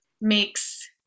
makes